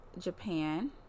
Japan